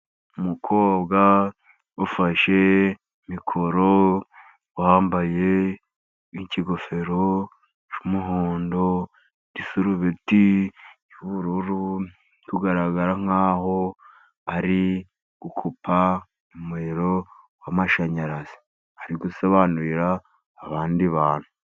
Umukobwa ufashe mikoro, wambaye ikigofero cy'umuhondo, igisurubeti cy'ubururu uri kugaragara nk'aho ari gukupa umuriro w'amashanyarazi, ari gusobanurira abandi bantu.